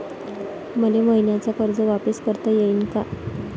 मले मईन्याचं कर्ज वापिस करता येईन का?